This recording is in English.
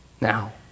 now